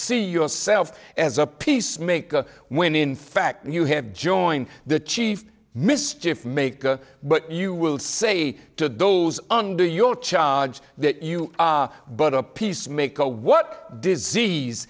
see yourself as a peacemaker when in fact you have joined the chief mischief maker but you will say to those under your charge that you are but a peace maker what disease